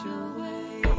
away